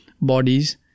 bodies